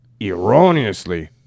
erroneously